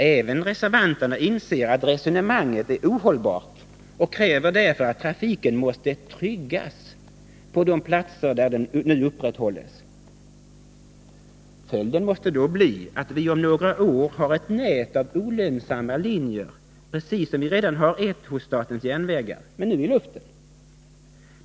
Även reservanterna inser att resonemanget är ohållbart och kräver därför att trafiken måste tryggas på de platser där den nu upprätthålls. Följden måste då bli att vi om några år har ett nät av olönsamma linjer, precis som vi redan har ett hos statens järnvägar — men nu i luften.